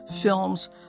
films